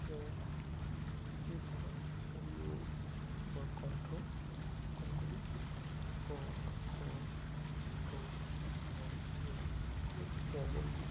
যেমন জিহ্বমূলীয় বা কন্ঠ কোনগুলি ক খ গ ঘ ঞ এগুলো হচ্ছে ট বর্গ